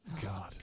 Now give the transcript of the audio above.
God